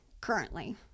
currently